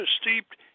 steeped